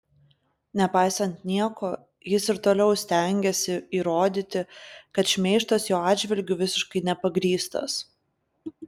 nepaisant nieko jis ir toliau stengiasi įrodyti kad šmeižtas jo atžvilgiu visiškai nepagrįstas